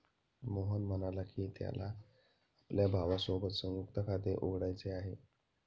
मोहन म्हणाला की, त्याला आपल्या भावासोबत संयुक्त खाते उघडायचे आहे